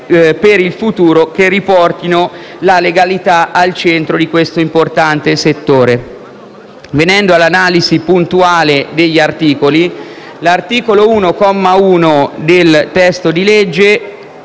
per il futuro che riportino la legalità al centro di questo importante settore. Vengo ora all'analisi puntuale degli articoli. L'articolo 1, comma 1 del testo del